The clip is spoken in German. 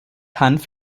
hanf